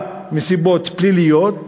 מסיבות פליליות,